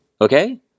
Okay